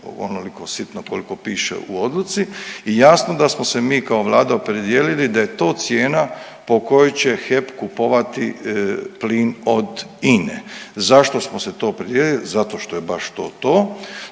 onoliko sitno koliko piše u odluci i jasno da smo se mi kao Vlada opredijelili da je to cijena po kojoj će HEP kupovati plin od INA-e. Zašto smo se to opredijelili? Zato što je baš to to.